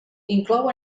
inclou